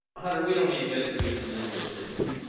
hunter we don't need to go through each of them individually do